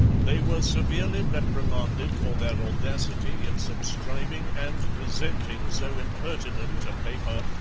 they were severely reprimanded for their audacity in subscribing and presenting so impertinent a paper,